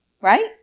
right